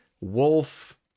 Wolf